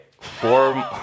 four